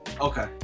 Okay